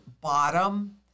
bottom